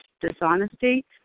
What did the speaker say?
dishonesty